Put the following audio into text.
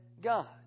God